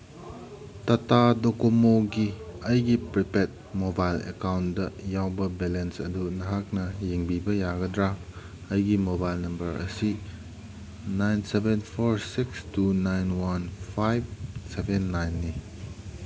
data ꯗꯣꯀꯣꯃꯣꯒꯤ ꯑꯩꯒꯤ prepaid mobile account ꯌꯥꯎꯕ ꯕꯦꯂꯦꯟꯁ ꯑꯗꯨ ꯅꯍꯥꯛꯅ ꯌꯦꯡꯕꯤꯕ ꯌꯥꯒꯗ꯭ꯔꯥ ꯑꯩꯒꯤ ꯃꯣꯕꯥꯏꯜ ꯅꯝꯕꯔ ꯑꯁꯤ nine seven four six two nine one five seven ꯅꯥꯏꯟꯅꯤ